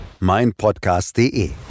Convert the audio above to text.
meinpodcast.de